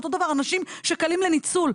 אותו דבר אנשים שקלים לניצול,